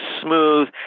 smooth